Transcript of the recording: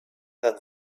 than